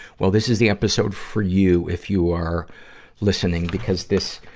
well, this is the episode for you, if you are listening. because this,